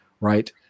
right